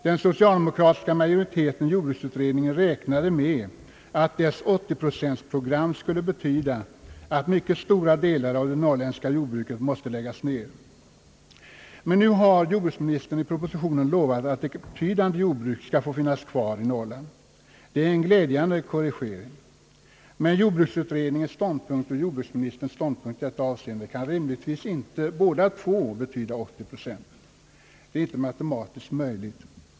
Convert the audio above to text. Den socialdemokratiska majoriteten i jordbruksutredningen räknade med att dess 80-procentprogram skulle betyda att mycket stora delar av det norrländska jordbruket måste läggas ned. Men nu har jordbruksministern i propositionen lovat att ett betydande jordbruk skall få finnas kvar i Norrland. Det är en glädjande korrigering. Men jordbruksutredningens ståndpunkt och jordbruksministerns ståndpunkt i detta avseende kan rimligtvis inte båda två betyda 80 procent. Det är inte matematiskt möjligt.